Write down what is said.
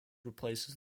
replaces